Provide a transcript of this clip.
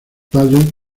padre